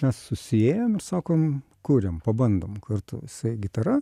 mes susiėjom ir sakome kuriam pabandom kartu jisai gitara